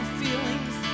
feelings